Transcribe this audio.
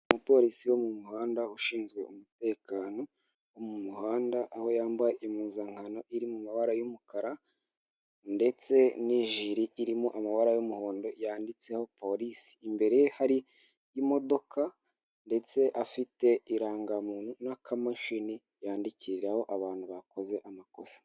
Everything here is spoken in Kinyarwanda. Umupolisi wo mu muhanda ushinzwe umutekano wo mu muhanda, aho yambaye impuzankano iri mu mabara y'umukara ndetse n'ijiri irimo amabara y'umuhondo yanditseho polisi, imbere ye hari y'imodoka ndetse afite irangamuntu n'akamashini yandikiho abantu bakoze amakosa.